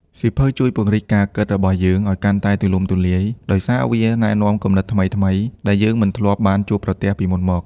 សៀវភៅជួយ ពង្រីកការគិតរបស់យើងឱ្យកាន់តែទូលំទូលាយ ដោយសារវា ណែនាំគំនិតថ្មីៗ ដែលយើងមិនធ្លាប់បានជួបប្រទះពីមុនមក។